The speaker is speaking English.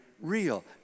real